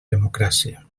democràcia